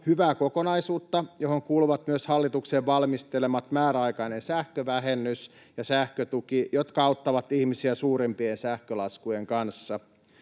hyvää kokonaisuutta, johon kuuluvat myös hallituksen valmistelemat määräaikainen sähkövähennys ja sähkötuki, jotka auttavat ihmisiä suurimpien sähkölaskujen kanssa.